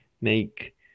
make